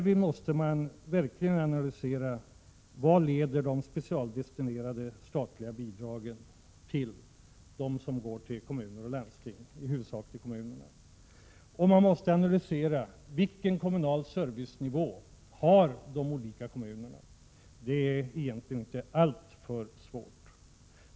Man måste verkligen analysera vad de specialdestinerade statliga bidragen till kommuner och landsting — i huvudsak kommuner — leder till. Man måste också analysera vilken kommunal servicenivå de olika kommunerna har. Det är egentligen inte alltför svårt.